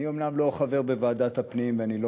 אני אומנם לא חבר בוועדת הפנים ואני לא